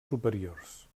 superiors